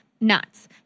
nuts